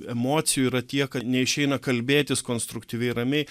emocijų yra tiek kad neišeina kalbėtis konstruktyviai ramiai